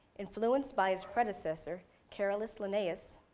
influenced by his predecessor, carolus linnaeus,